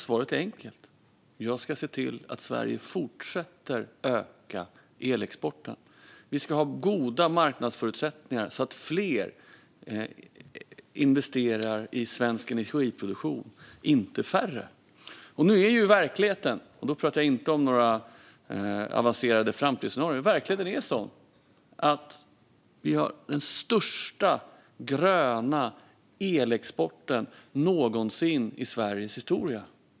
Svaret är enkelt: Jag ska se till att Sverige fortsätter öka elexporten. Vi ska ha goda marknadsförutsättningar så att fler investerar i svensk energiproduktion, inte färre. Nu är verkligheten sådan - och då pratar jag inte om några avancerade framtidsscenarier - att vi har den största gröna elexporten någonsin i Sveriges historia.